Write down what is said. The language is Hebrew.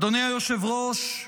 אדוני היושב-ראש,